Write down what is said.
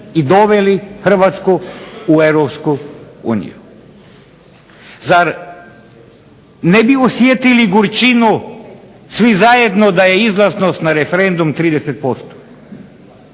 i doveli Hrvatsku u EU. Zar ne bi osjetili gorčinu svi zajedno da je izlaznost na referendum 30%